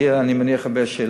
יהיו, אני מניח, הרבה שאלות,